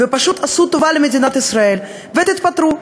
ופשוט עשו טובה למדינת ישראל ותתפטרו.